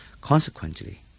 Consequently